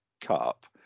Cup